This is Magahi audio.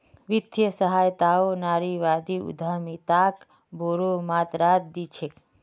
वित्तीय सहायताओ नारीवादी उद्यमिताक बोरो मात्रात दी छेक